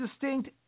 distinct